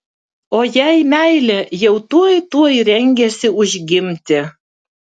o jei meilė jau tuoj tuoj rengėsi užgimti